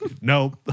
No